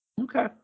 Okay